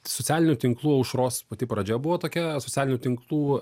socialinių tinklų aušros pati pradžia buvo tokia socialinių tinklų